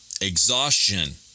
Exhaustion